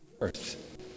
earth